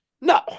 No